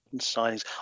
signings